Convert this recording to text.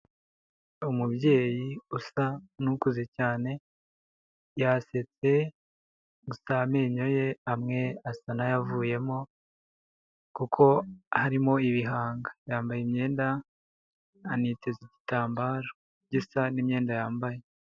Umubyeyi usa n'ukuze cyane yasetse gusa amenyo ye amwe asa n'ayavuyemo kuko harimo ibihanga. Yambaye imyenda aniteze igitambaro gisa n'imyenda yambaye.